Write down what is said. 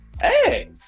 Hey